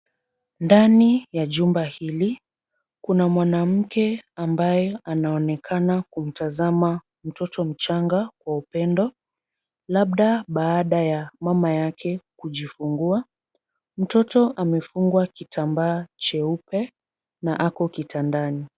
Ndani ya jumba hili, kuna mwanamke ambaye anaonekana kumtazama mtoto mchanga kwa upendo. Labda baada ya mama yake kujifungua. Mtoto amefungwa kitambaa cheupe na ako kitandani.